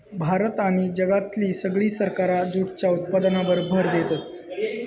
भारत आणि जगातली सगळी सरकारा जूटच्या उत्पादनावर भर देतत